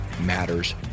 matters